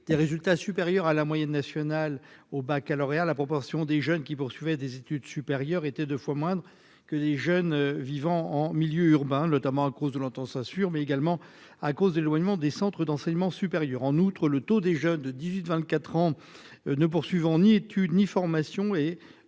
des résultats supérieurs à la moyenne nationale au Baccalauréat, la proportion des jeunes qui poursuivait des études supérieures était 2 fois moindre que les jeunes vivant en milieu urbain, notamment à cause de l'assure, mais également à cause d'éloignement des centres d'enseignement supérieur, en outre, le taux des jeunes de 18 24 ans ne poursuivant ni études ni formation et